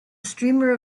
streamer